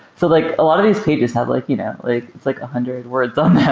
so like a lot of these pages have like you know like it's like a hundred words on